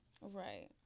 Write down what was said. right